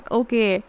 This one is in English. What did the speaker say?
okay